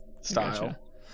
style